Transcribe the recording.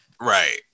right